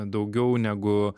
daugiau negu